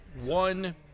one